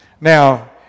Now